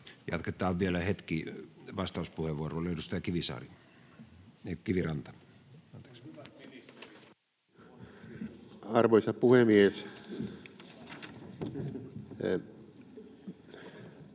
Jatketaan vielä hetki vastauspuheenvuoroilla. — Edustaja Kiviranta. [Speech